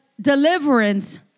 deliverance